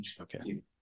okay